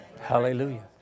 Hallelujah